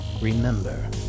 remember